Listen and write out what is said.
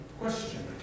question